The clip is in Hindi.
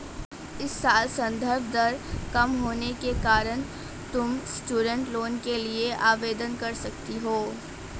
इस साल संदर्भ दर कम होने के कारण तुम स्टूडेंट लोन के लिए आवेदन कर सकती हो